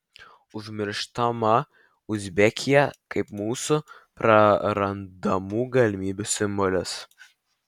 užmirštama uzbekija kaip mūsų prarandamų galimybių simbolis